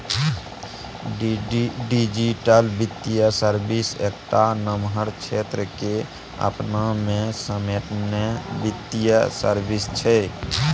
digital बित्तीय service एकटा नमहर क्षेत्र केँ अपना मे समेटने बित्तीय सर्विस छै